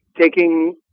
taking